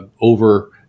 over